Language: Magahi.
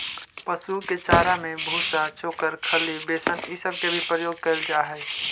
पशुओं के चारा में भूसा, चोकर, खली, बेसन ई सब के भी प्रयोग कयल जा हई